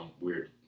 weird